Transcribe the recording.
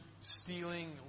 stealing